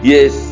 Yes